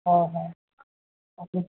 হয় হয় তাকে